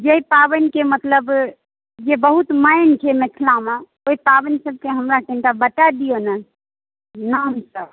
जहि पाबनिके मतलब जे बहुत मान छै मिथिलामे ओइ पाबनि सभके हमरा कनिटा बताए दिअ ने नामसँ